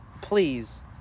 Please